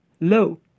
low